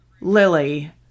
Lily